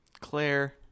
Claire